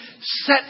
set